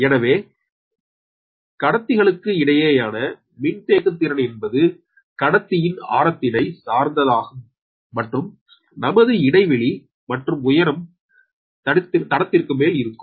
எனவே கடத்தலுக்கு இடையேயான மின்தேக்குத் திறன் என்பது கத்தியின் ஆரத்தினை சார்ந்ததாகும் மற்றும் நமது இடைவெளி மற்றும் உயரம் தடித்திற்கு மேல் ஆகும்